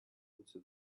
into